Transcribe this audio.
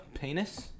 penis